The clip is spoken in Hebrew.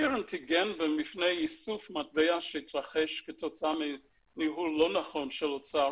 הקרן תגן מפני ייסוף מטבע שיתרחש כתוצאה מניהול לא נכון של אוצר